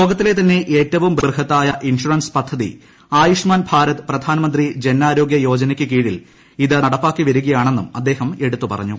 ലോകത്തിലെ തന്നെ ഏറ്റവും ബൃഹത്തായ ഇൻഷുറൻസ് പദ്ധതി ആയുഷ്മാൻ ഭാരത് പ്രധാനമന്ത്രി ജൻ ആരോഗ്യ യോജനയ്ക്ക് കീഴിൽ ഇത് നടപ്പാക്കി വരികയാണെന്നും അദ്ദേഹം എടുത്തു പറഞ്ഞു